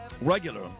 regular